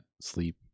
sleep